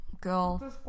girl